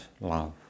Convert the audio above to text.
love